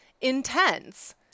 intense